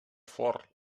fort